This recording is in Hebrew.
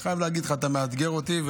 אני חייב להגיד לך, אתה מאתגר אותי,